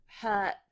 hurt